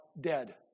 dead